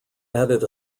added